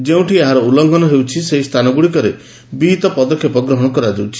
ଯେଉଁଠି ଏହାର ଲଙ୍ଘନ ହେଉଛି ସେହି ସ୍ଥାନଗୁଡ଼ିକରେ ବିହତ ପଦକ୍ଷେପ ଗ୍ରହଣ କରାଯାଉଛି